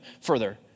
further